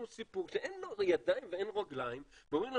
סיפור שאין לו ידיים ואין לו רגליים ואומרים לנו